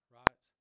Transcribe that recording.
right